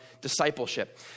discipleship